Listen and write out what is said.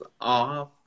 off